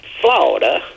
Florida